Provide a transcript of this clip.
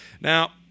Now